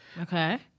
Okay